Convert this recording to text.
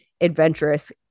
adventurous